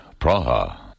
Praha